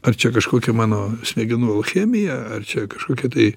ar čia kažkokia mano smegenų alchemija ar čia kažkokia tai